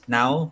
now